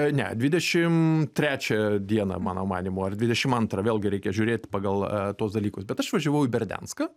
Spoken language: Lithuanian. ne dvidešimt trečią dieną mano manymu ar dvidešimt antrą vėlgi reikia žiūrėt pagal tuos dalykus bet aš važiavau į berdianską